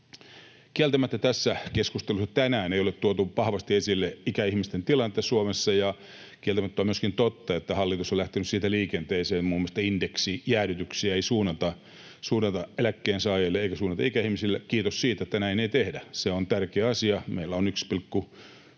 Kieltämättä tässä keskustelussa tänään ei ole tuotu vahvasti esille ikäihmisten tilannetta Suomessa, ja kieltämättä on myöskin totta, että hallitus on lähtenyt liikenteeseen muun muassa siitä, että indeksijäädytyksiä ei suunnata eläkkeensaajille eikä suunnata ikäihmisille. Kiitos siitä, että näin ei tehdä. Se on tärkeä asia. Meillä on 1,6